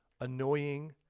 annoying